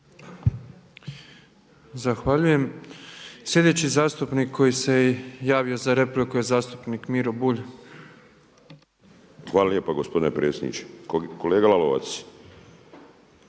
Zahvaljujem. Sljedeći zastupnik koji se javio za repliku je zastupnik Miro Bulj. **Bulj, Miro (MOST)** Hvala lijepa gospodine predsjedniče. Kolega Lalovac,